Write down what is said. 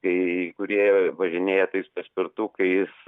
kai kurie važinėja tais paspirtukais